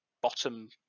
bottom